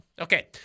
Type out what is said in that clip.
Okay